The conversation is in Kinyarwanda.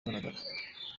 ahagaragara